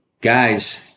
guys